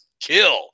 kill